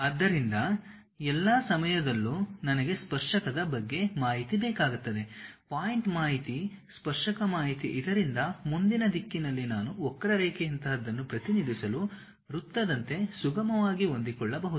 ಆದ್ದರಿಂದ ಎಲ್ಲಾ ಸಮಯದಲ್ಲೂ ನನಗೆ ಸ್ಪರ್ಶಕದ ಬಗ್ಗೆ ಮಾಹಿತಿ ಬೇಕಾಗುತ್ತದೆ ಪಾಯಿಂಟ್ ಮಾಹಿತಿ ಸ್ಪರ್ಶಕ ಮಾಹಿತಿ ಇದರಿಂದ ಮುಂದಿನ ದಿಕ್ಕಿನಲ್ಲಿ ನಾನು ವಕ್ರರೇಖೆಯಂತಹದನ್ನು ಪ್ರತಿನಿಧಿಸಲು ವೃತ್ತದಂತೆ ಸುಗಮವಾಗಿ ಹೊಂದಿಕೊಳ್ಳಬಹುದು